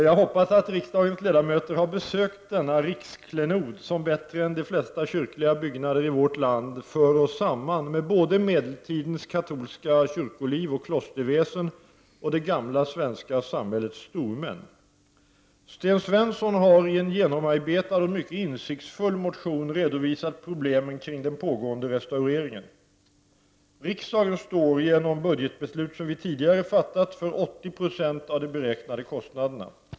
Jag hoppas att riksdagens ledamöter har besökt denna riksklenod som bättre än de flesta kyrkliga byggnader i vårt land för oss samman med både medeltidens katolska kyrkoliv och klosterväsen och det gamla svenska samhällets stormän. Sten Svensson har i en genomarbetad och mycket insiktsfull motion redovisat problemen kring den pågående restaureringen. Riksdagen står, genom de budgetbeslut vid tidigare fattat, för 80 20 av de beräknade kostnaderna.